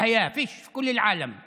אחרי המופע המביך הזה,